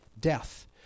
death